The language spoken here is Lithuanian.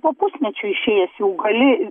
po pusmečio išėjęs jau gali